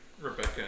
Rebecca